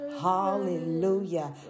hallelujah